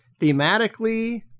thematically